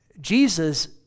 Jesus